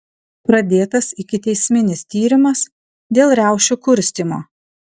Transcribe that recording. pradėtas ikiteisminis tyrimas dėl riaušių kurstymo